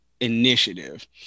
initiative